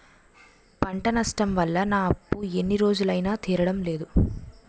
పంట నష్టం వల్ల నా అప్పు ఎన్ని రోజులైనా తీరడం లేదు